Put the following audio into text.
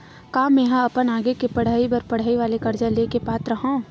का मेंहा अपन आगे के पढई बर पढई वाले कर्जा ले के पात्र हव?